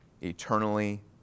eternally